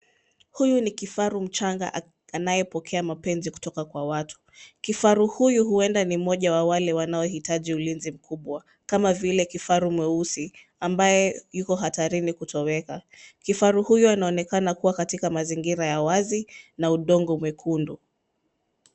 Huyu ni kifaru mchanga anayepokea mapenzi kutoka kwa watu. Kifaru huyu huenda ni mmoja wa wale wanaohitaji ulinzi mkubwa, kama vile, kifaru mweusi, ambaye yuko hatarini kutoweka. Kifaru huyu anaoenekana kua katika mazingira ya wazi na udongo mwekundu.